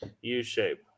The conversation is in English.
U-shape